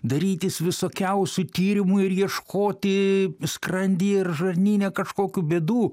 darytis visokiausių tyrimų ir ieškoti skrandyje ir žarnyne kažkokių bėdų